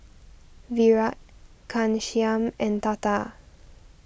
Virat Ghanshyam and Tata